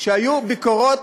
שהיו ביקורות